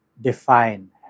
define